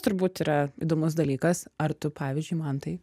turbūt yra įdomus dalykas ar tu pavyzdžiui mantai